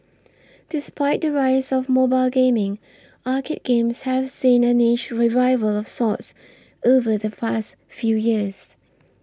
despite the rise of mobile gaming arcade games have seen a niche revival of sorts over the past few years